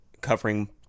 covering